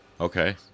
Okay